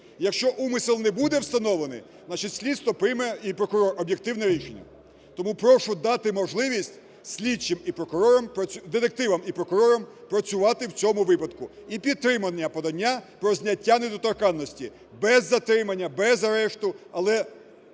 Якщо умисел не буде встановлений, значить, слідство прийме і прокурор об'єктивне рішення. Тому прошу дати можливість слідчим і прокурорам, детективам і прокурорам працювати в цьому випадку і підтримання подання про зняття недоторканності – без затримання, без арешту, але